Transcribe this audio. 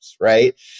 right